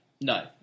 No